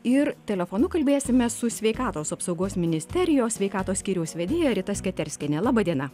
ir telefonu kalbėsimės su sveikatos apsaugos ministerijos sveikatos skyriaus vedėja rita sketerskiene laba diena